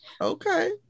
Okay